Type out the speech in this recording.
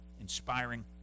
inspiring